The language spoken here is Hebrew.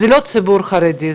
זה לא הציבור החרדי,